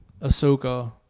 Ahsoka